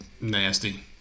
nasty